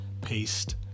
paste